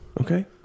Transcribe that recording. okay